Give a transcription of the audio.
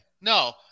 No